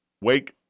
Wake